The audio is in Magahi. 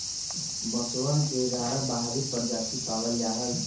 बांसवन के ग्यारह बाहरी प्रजाति पावल जाहई